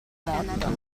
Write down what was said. morta